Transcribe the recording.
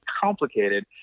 complicated